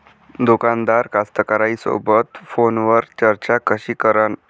दुकानदार कास्तकाराइसोबत फोनवर चर्चा कशी करन?